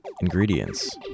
Ingredients